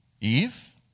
Eve